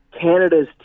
Canada's